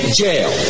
jail